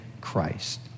Christ